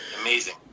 Amazing